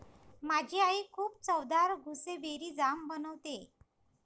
माझी आई खूप चवदार गुसबेरी जाम बनवते